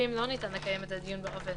ואם לא ניתן לקיים את הדיון באופן